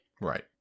Right